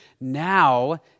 now